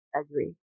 agree